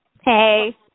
Hey